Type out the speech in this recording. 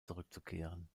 zurückzukehren